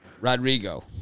Rodrigo